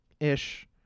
ish